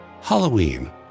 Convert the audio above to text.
Halloween